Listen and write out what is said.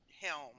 Helm